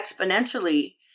exponentially